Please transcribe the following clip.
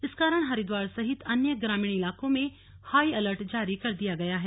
इस कारण हरिद्वार सहित अन्य ग्रामीण इलाकों में हाई अलर्ट जारी कर दिया गया है